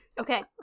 Okay